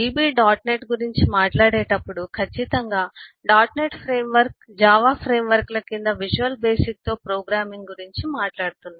net గురించి మాట్లాడేటప్పుడు ఖచ్చితంగా డాట్ నెట్ ఫ్రేమ్వర్క్ జావా ఫ్రేమ్వర్క్ల కింద విజువల్ బేసిక్తో ప్రోగ్రామింగ్ గురించి మాట్లాడుతున్నాము